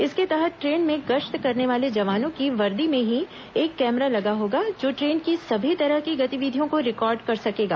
इसके तहत ट्रेन में गश्त करने वाले जवानों की वर्दी में ही एक कैमरा लगा होगा जो ट्रेन की सभी तरह की गतिविधियों को रिकॉर्ड कर सकेगा